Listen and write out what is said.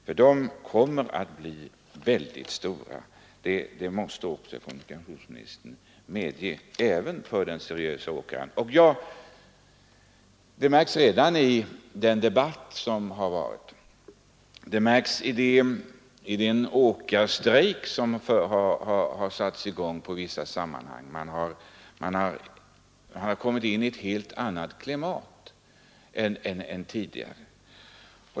Och de kommer att bli väldigt stora även för den seriöse åkaren, det måste väl kommunikationsministern medge. Det har märkts redan i den debatt som förts, och det märks i den åkarstrejk som igångsatts på vissa områden. Vi har kommit in i ett helt annat klimat än tidigare.